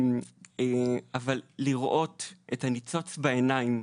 אבל לראות את הניצוץ בעיניים,